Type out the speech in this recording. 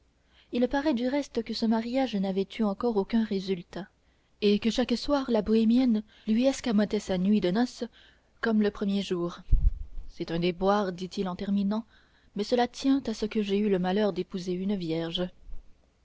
il paraît du reste que ce mariage n'avait eu encore aucun résultat et que chaque soir la bohémienne lui escamotait sa nuit de noces comme le premier jour c'est un déboire dit-il en terminant mais cela tient à ce que j'ai eu le malheur d'épouser une vierge